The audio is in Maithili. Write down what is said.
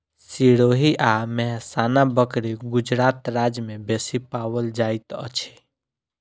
सिरोही आ मेहसाना बकरी गुजरात राज्य में बेसी पाओल जाइत अछि